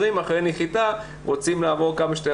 הם יוצאים אחרי שמדדו חום וקיבלו הצהרת